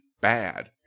bad